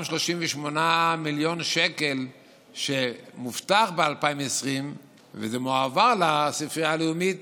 38 מיליון שקל שהובטחו ב-2020 מועברים לספרייה הלאומית,